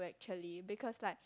actually because like